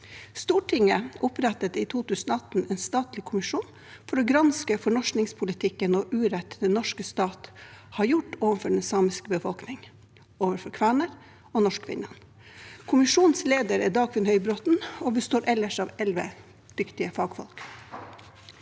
Stortinget opprettet i 2018 en statlig kommisjon for å granske fornorskingspolitikken og den urett den norske stat har gjort overfor den samiske befolkning, kvener og norskfinner. Kommisjonens leder er Dagfinn Høybråten, og den består ellers av elleve dyktige fagfolk.